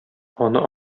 аны